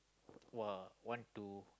!wah! want to